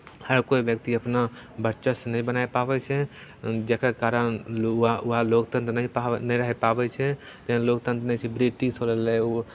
हर कोइ व्यक्ति अपना वर्चस्व नहि बनाए पाबै छै जकर कारण लोक वहाँ वहाँ लोकतन्त्र नहि पाबै नहि रहि पाबै छै जेना लोकतन्त्र नहि छै ब्रिटिश हो रहलै ओ